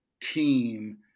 team